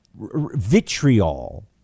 vitriol